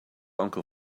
uncle